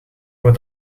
voor